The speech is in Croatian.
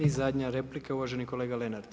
I zadnja replika uvaženi kolega Lenart.